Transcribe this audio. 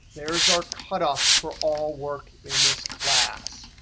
there's our cut off for all work in this class.